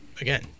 again